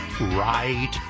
right